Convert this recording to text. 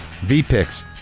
V-picks